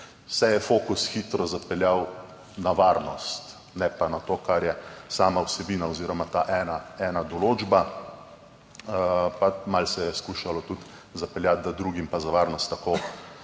se je fokus hitro zapeljal na varnost, ne pa na to, kar je sama vsebina oziroma ta ena določba, pa malo se je skušalo tudi zapeljati, da drugim za varnost tako